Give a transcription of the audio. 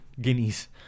guineas